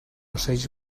ocells